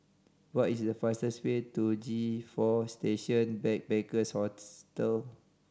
what is the fastest way to G Four Station Backpackers Hostel